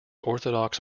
orthodox